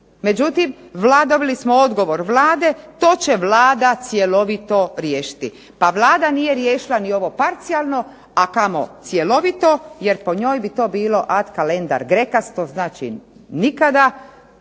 Međutim, dobili smo odgovor Vlade to će Vlada cjelovito riješiti. Pa Vlada nije riješila ni ovo parcijalno, a kamo cjelovito jer po njoj bi to bilo ad calendar grecas, to znači nikada